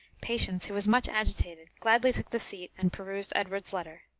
patience, who was much agitated, gladly took the seat and perused edward's letter.